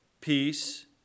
peace